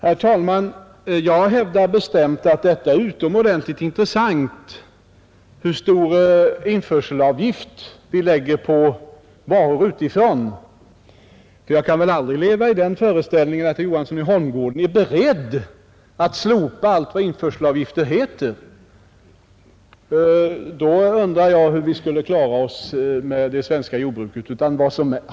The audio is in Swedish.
Fru talman! Jag hävdar bestämt att det är utomordentligt intressant att veta hur stor införselavgift vi lägger på varor utifrån. Jag kan inte leva i den föreställningen att herr Johansson i Holmgården är beredd att slopa allt vad införselavgifter heter. Då undrar jag hur det svenska jordbruket skulle klara sig.